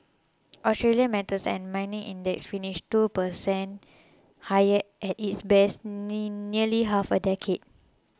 Australia's metals and mining index finished two percent higher at its best in nearly half a decade